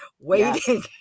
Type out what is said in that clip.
waiting